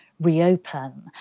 reopen